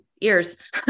ears